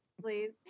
Please